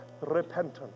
repentance